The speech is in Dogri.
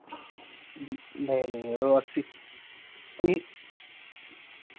नेईं नेईं यरो अस्सी तुसीं